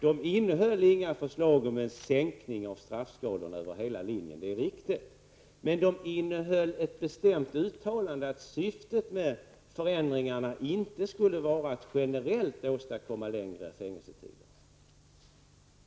De innehöll inte något förslag om en sänkning av straffskalorna över hela linjen. Det är riktigt. Men de innehöll ett bestämt uttalande att syftet med förändringarna inte skulle vara att generellt åstadkomma längre fängelsetider.